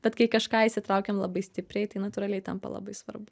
bet kai kažką išsitraukiam labai stipriai tai natūraliai tampa labai svarbu